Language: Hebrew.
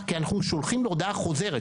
כי אנחנו שולחים לו הודעה חוזרת,